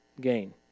gain